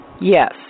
Yes